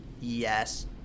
Yes